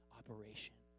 operation